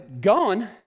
gone